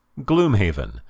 Gloomhaven